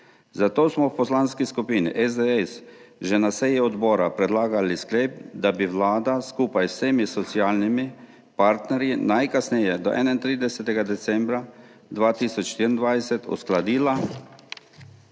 zato smo v Poslanski skupini SDS že na seji odbora predlagali sklep, da bi vlada skupaj z vsemi socialnimi partnerji najkasneje do 31. decembra 2024 uskladila